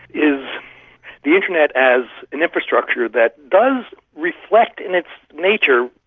is the internet as an infrastructure that does reflect in its nature,